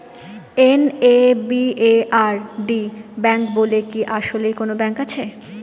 NABARD bank বলে কি আসলেই কোনো ব্যাংক আছে?